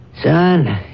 Son